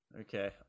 Okay